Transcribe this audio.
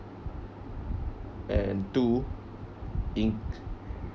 and two inc~